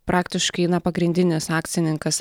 praktiškai na pagrindinis akcininkas